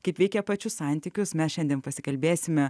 kaip veikia pačius santykius mes šiandien pasikalbėsime